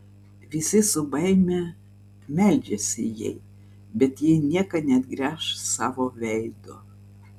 visi su baime meldžiasi jai bet ji į nieką neatgręš savo veido